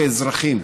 כאזרחים,